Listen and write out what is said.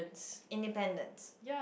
independence